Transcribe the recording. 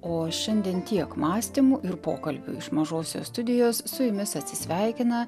o šiandien tiek mąstymų ir pokalbių iš mažosios studijos su jumis atsisveikina